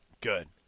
Good